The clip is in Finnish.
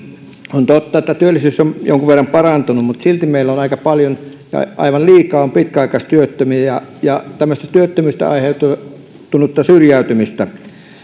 on totta että työllisyys on jonkun verran parantunut mutta silti meillä on aika paljon aivan liikaa pitkäaikaistyöttömiä ja ja tämmöistä työttömyydestä aiheutunutta syrjäytymistä